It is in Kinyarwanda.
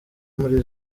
muri